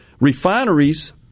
refineries